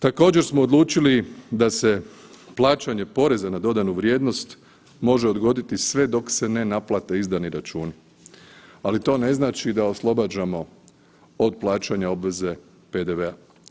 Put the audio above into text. Također smo odlučili da se plaćanje poreza na dodanu vrijednost može odgoditi sve dok se ne naplate izdani računi, ali to ne znači da oslobađamo od plaćanja obveze PDV-a.